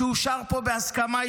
שאושר פה בהסכמה איתכם.